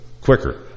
quicker